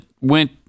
went